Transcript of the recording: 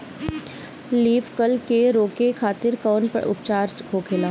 Leaf curl के रोके खातिर कउन उपचार होखेला?